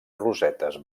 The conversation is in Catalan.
rosetes